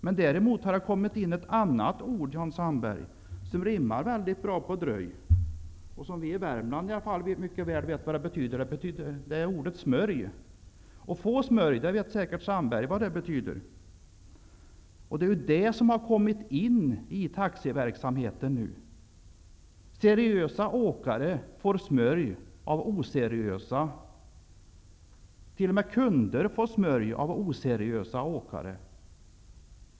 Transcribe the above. Men däremot har det kommit in ett annat ord som rimmar bra på dröj, och som vi i Värmland mycket väl vet vad det betyder. Det är ordet smörj. Jan Sandberg vet säkert vad det betyder att få smörj. Detta har nu kommit in i taxiverksamheten. Seriösa åkare får smörj av oseriösa åkare. T.o.m. kunder får smörj av oseriösa åkare.